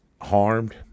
harmed